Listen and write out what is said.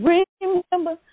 Remember